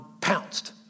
pounced